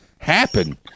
happen